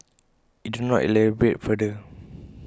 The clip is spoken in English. IT did not elaborate further